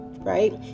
Right